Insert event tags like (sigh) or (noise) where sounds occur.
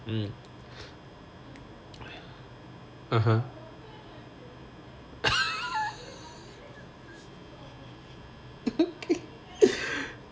mm (uh huh) (laughs)